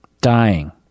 Dying